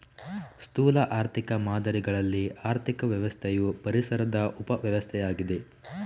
ಸ್ಥೂಲ ಆರ್ಥಿಕ ಮಾದರಿಗಳಲ್ಲಿ ಆರ್ಥಿಕ ವ್ಯವಸ್ಥೆಯು ಪರಿಸರದ ಉಪ ವ್ಯವಸ್ಥೆಯಾಗಿದೆ